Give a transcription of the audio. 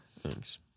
Thanks